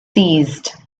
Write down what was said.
seized